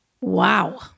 Wow